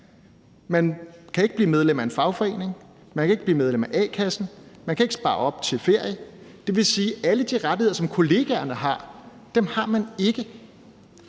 man kan ikke blive medlem af a-kassen, man kan ikke spare op til ferie, og det vil sige, at alle de rettigheder, som kollegerne har, har man ikke.